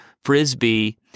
Frisbee